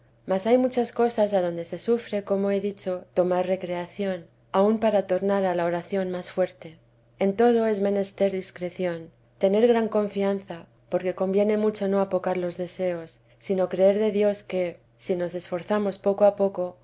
mas hay muchas cosas adonde se sufre como he dicho tomar recreación aun para tornar a la oración más fuerte en todo es menester discreción tener gran confianza porque conviene mucho no apocar los deseos sino creer de dios que si nos esforzamos poco a poco